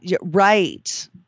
Right